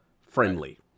friendly